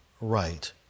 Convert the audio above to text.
right